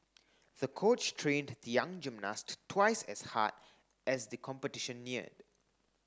the coach trained the young gymnast twice as hard as the competition neared